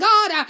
God